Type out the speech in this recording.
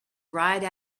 ride